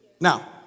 Now